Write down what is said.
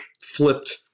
flipped